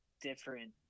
different